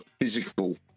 physical